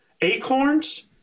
acorns